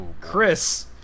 Chris